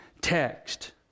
text